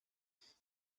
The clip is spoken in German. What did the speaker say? ich